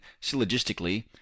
syllogistically